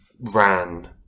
ran